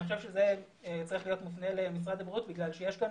אני חושב שזה צריך להיות מופנה למשרד הבריאות בגלל שיש כאן